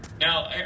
Now